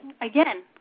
again